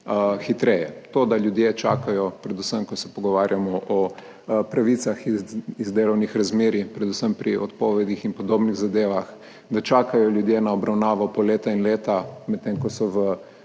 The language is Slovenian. hitreje. To, da ljudje čakajo, predvsem ko se pogovarjamo o pravicah iz delovnih razmerij, predvsem pri odpovedih in podobnih zadevah, na obravnavo po leta in leta, medtem ko so